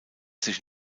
sich